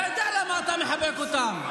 אתה יודע למה אתה מחבק אותם.